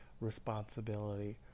responsibility